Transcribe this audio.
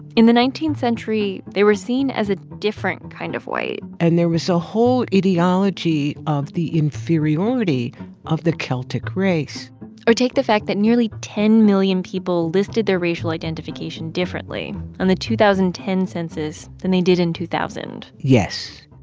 in the nineteenth century, they were seen as a different kind of white and there was a whole ideology of the inferiority of the celtic race or take the fact that nearly ten million people listed their racial identification differently on the two thousand and ten census than they did in two thousand point yes